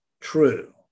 true